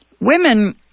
Women